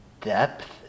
depth